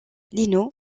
lino